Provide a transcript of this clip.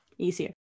easier